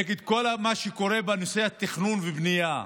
נגד כל מה שקורה בנושא התכנון והבנייה,